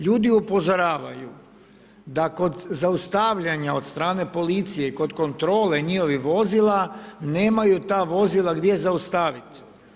Ljudi upozoravaju da kod zaustavljanja od strane policije kod kontrole njihovih vozila nemaju ta vozila gdje zaustaviti.